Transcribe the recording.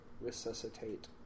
resuscitate